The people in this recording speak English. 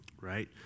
right